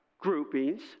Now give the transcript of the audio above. groupings